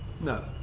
No